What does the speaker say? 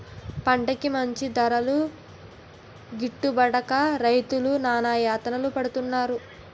పంటకి మంచి ధరలు గిట్టుబడక రైతులు నానాయాతనలు పడుతున్నారు